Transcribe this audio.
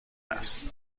است